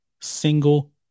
single